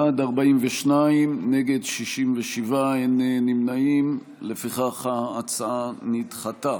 בעד, 42, נגד, 67, אין נמנעים, לפיכך ההצעה נדחתה.